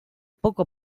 poco